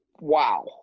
wow